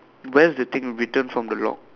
where is the thing written from the lock